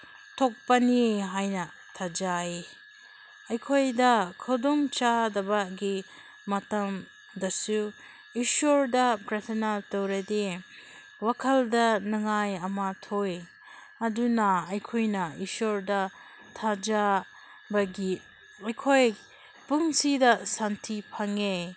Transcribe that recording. ꯊꯣꯛꯄꯅꯤ ꯍꯥꯏꯅ ꯊꯥꯖꯩ ꯑꯩꯈꯣꯏꯗ ꯈꯨꯗꯣꯡ ꯆꯥꯗꯕꯒꯤ ꯃꯇꯝꯗꯁꯨ ꯏꯁꯣꯔꯗ ꯄ꯭ꯔꯊꯅꯥ ꯇꯧꯔꯗꯤ ꯋꯥꯈꯜꯗ ꯅꯨꯡꯉꯥꯏ ꯑꯃ ꯊꯣꯛꯏ ꯑꯗꯨꯅ ꯑꯩꯈꯣꯏꯅ ꯏꯁꯣꯔꯗ ꯊꯥꯖꯕꯒꯤ ꯑꯩꯈꯣꯏ ꯄꯨꯟꯁꯤꯗ ꯁꯥꯟꯇꯤ ꯐꯪꯉꯦ